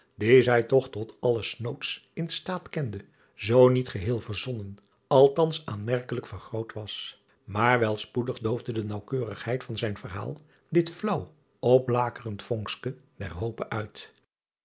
dien zij toch tot alles snoods in staat kende zoo niet geheel verzonnen altans aanmerkelijk vergroot was maar wel spoedig doofde de naauwkeurigheid van zijn verhaal dit flaauw opblakerend vonkske der hope uit